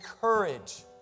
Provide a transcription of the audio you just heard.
courage